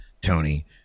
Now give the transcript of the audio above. Tony